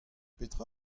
petra